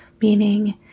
meaning